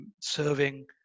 serving